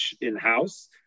in-house